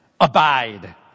Abide